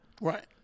Right